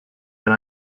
that